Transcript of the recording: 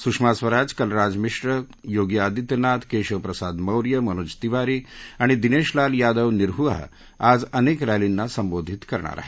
सुषमा स्वराज कलराज मिश्रा योगी आदित्यनाथ केशव प्रसाद मौर्य मनोज तिवारी आणि दिनेश लाल यादव निरहुवा आज अनेक रॅलींना संबोधित करणार आहेत